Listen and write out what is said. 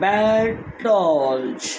मॅटॉल्ज